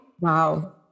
Wow